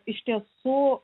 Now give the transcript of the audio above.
iš tiesų